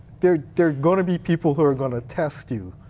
they're they're going to be people who are going to test you.